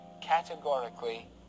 categorically